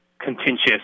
contentious